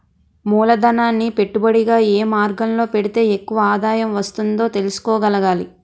మూలధనాన్ని పెట్టుబడిగా ఏ మార్గంలో పెడితే ఎక్కువ ఆదాయం వస్తుందో తెలుసుకోగలగాలి